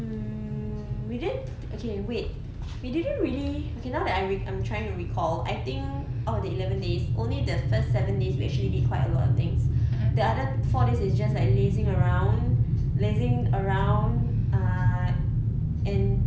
mm we didn't okay wait we didn't really okay now I'm with I'm trying to recall I think out of the eleven days only the first seven days we actually did quite a lot of things the other four days is just like lazing around lazing around uh and